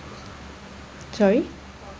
sorry